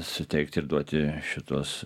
suteikti ir duoti šituos